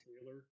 taylor